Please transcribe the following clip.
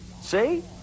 See